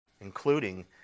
including